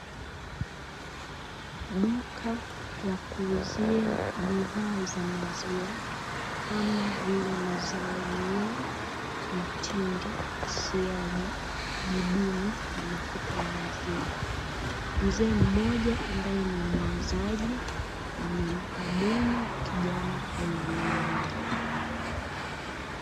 Duka la kuuzia maziwa kama vile: maziwa yenyewe, mtindi, siagi, jibini na mafuta ya maziwa. Mzee mmoja ambaye ni muuzaji amempa dumu kijana mnunuaji.